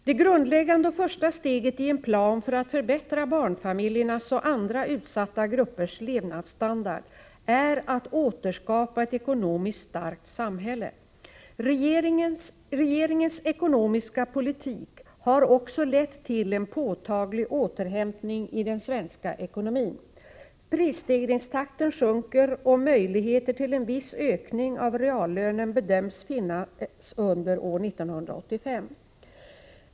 Det grundläggande och första steget i en plan för att förbättra barnfamiljernas och andra utsatta gruppers levnadsstandard är att återskapa ett ekonomiskt starkt samhälle. Regeringens ekonomiska politik har också lett till en påtaglig återhämtning i den svenska ekonomin. Prisstegringstakten sjunker och möjligheter till en viss ökning av reallönen bedöms finnas under år 1985.